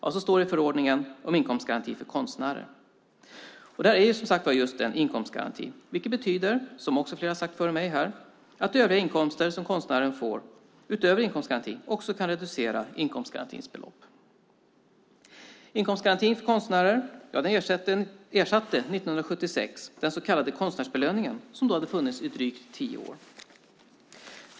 Så står det i förordningen om inkomstgaranti för konstnärer. Det är just en inkomstgaranti, vilket, som flera har sagt före mig, betyder att övriga inkomster som konstnären får, utöver inkomstgaranti, också kan reducera inkomstgarantins belopp. Inkomstgarantin för konstnärer ersatte 1976 den så kallade konstnärsbelöningen, som då hade funnits i drygt tio år.